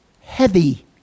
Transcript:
heavy